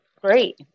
great